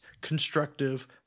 constructive